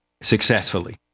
successfully